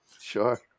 Sure